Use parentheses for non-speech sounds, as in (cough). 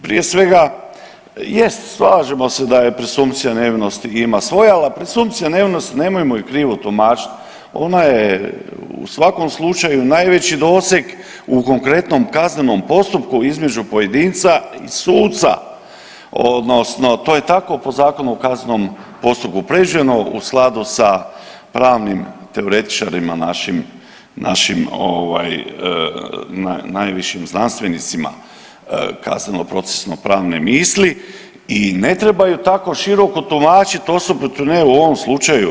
Prije svega jest slažemo se da je presumpcija nevinosti ima svoje, ali presumpcija nevinosti nemojmo je krivo tumačiti ona je u svakom slučaju najveći doseg u konkretnom kaznenom postupku između pojedinca i suca, odnosno to je tako po Zakonu o kaznenom postupku. ... (unintelligible) u skladu sa pravnim teoretičarima našim, našim najvišim znanstvenicima kazneno procesno pravne misli i ne trebaju tako široko tumačiti osobito ne u ovom slučaju.